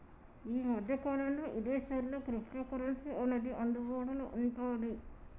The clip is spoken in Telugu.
యీ మద్దె కాలంలో ఇదేశాల్లో క్రిప్టోకరెన్సీ అనేది అందుబాటులో వుంటాంది